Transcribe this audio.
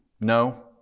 No